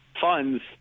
funds